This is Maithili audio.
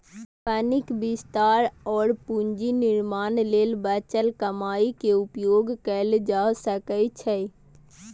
कंपनीक विस्तार और पूंजी निर्माण लेल बचल कमाइ के उपयोग कैल जा सकै छै